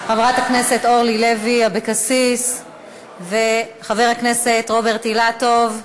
חברת הכנסת אורלי לוי אבקסיס וחבר הכנסת רוברט אילטוב.